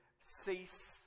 cease